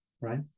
right